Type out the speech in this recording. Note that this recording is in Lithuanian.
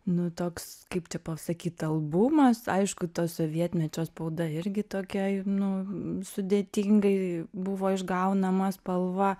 nu toks kaip čia pasakyt albumas aišku to sovietmečio spauda irgi tokia nu sudėtingai buvo išgaunama spalva